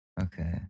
Okay